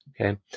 Okay